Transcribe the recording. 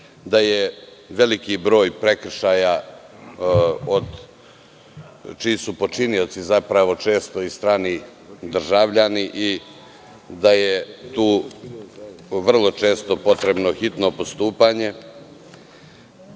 da je veliki broj prekršaja čiji su počinioci zapravo često i strani državljani i da je tu vrlo često potrebno hitno postupanje. Zatim,